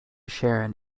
sharon